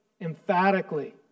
Emphatically